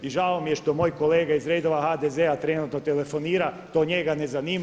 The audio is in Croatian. I žao mi je što moj kolega iz redova HDZ-a trenutno telefonira, to njega ne zanima.